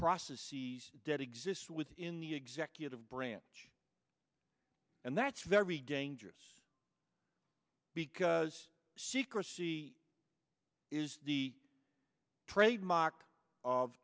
process sees dead exist within the executive branch and that's very dangerous because she crecy is the trademark of